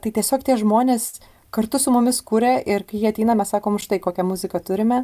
tai tiesiog tie žmonės kartu su mumis kuria ir kai jie ateina mes sakome štai kokią muziką turime